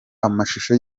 amashusho